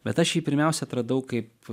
bet aš jį pirmiausia atradau kaip